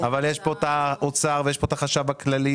אבל יש פה את האוצר ויש פה את החשב הכללי.